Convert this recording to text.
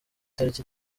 itariki